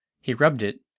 he rubbed it,